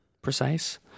Precise